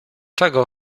czego